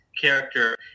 character